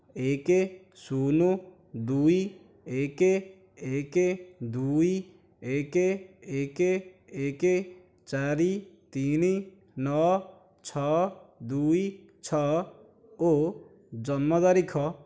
ଏକ ଶୂନ ଦୁଇ ଏକ ଏକ ଦୁଇ ଏକ ଏକ ଏକ ଚାରି ତିନି ନଅ ଛଅ ଦୁଇ ଛଅ ଓ ଜନ୍ମ ତାରିଖ